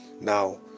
Now